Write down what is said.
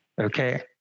okay